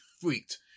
freaked